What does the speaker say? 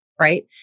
Right